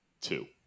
two